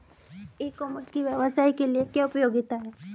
ई commerce की व्यवसाय के लिए क्या उपयोगिता है?